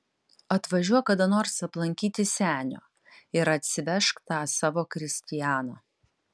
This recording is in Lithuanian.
atvažiuok kada nors aplankyti senio ir atsivežk tą savo kristianą